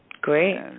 Great